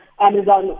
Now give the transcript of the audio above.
Amazon